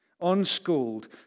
Unschooled